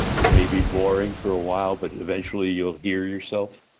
it may be boring for a while, but eventually you'll hear yourself.